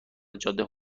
جاده